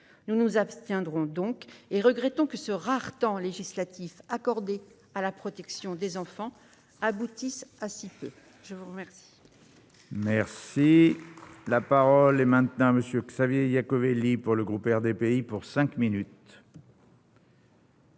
Nous nous abstiendrons donc, en regrettant que ce rare temps législatif accordé à la protection des enfants aboutisse à si peu. La parole